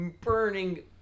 burning